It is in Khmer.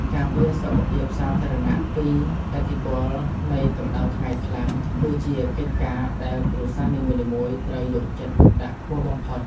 ការពារសុខភាពសាធារណៈពីឥទ្ធិពលនៃកម្ដៅថ្ងៃខ្លាំងគឺជាកិច្ចការដែលគ្រួសារនីមួយៗត្រូវយកចិត្តទុកដាក់ខ្ពស់បំផុត។